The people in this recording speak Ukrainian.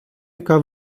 яка